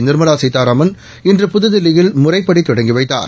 நிர்மலா சீதாராமன் இன்று புதுதில்லியில் முறைப்படி தொடங்கி வைத்தார்